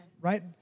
Right